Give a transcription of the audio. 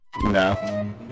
No